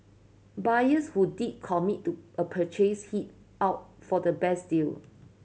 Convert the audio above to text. buyers who did commit to a purchase held out for the best deal